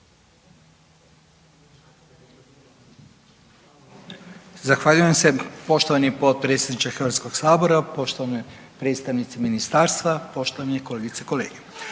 Zahvaljujem se poštovani potpredsjedniče HS-a, poštovane predstavnici Ministarstva, poštovane kolegice i kolege.